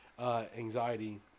anxiety